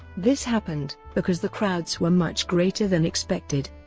this happened, because the crowds were much greater than expected,